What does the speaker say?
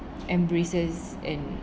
embraces and